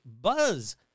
Buzz